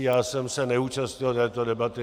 Já jsem se neúčastnil této debaty.